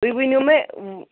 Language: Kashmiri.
تُہۍ ؤنِو مےٚ